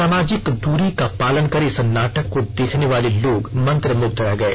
सामाजिक दूरी का पालन कर नाटक मंचन को देखने वालेलोग मंत्रमुग्ध रह गए